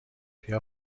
بیا